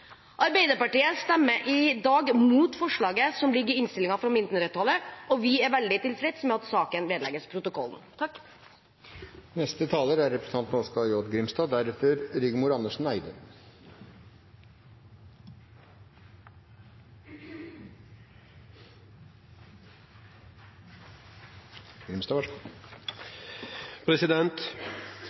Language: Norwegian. Arbeiderpartiet stemmer i dag imot mindretallets forslag i innstillingen, og vi er veldig tilfreds med at saken vedlegges protokollen.